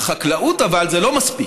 אבל בחקלאות זה לא מספיק.